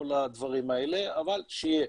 כל הדברים האלה, אבל שיהיה.